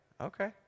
Okay